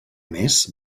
més